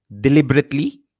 deliberately